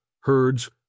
herds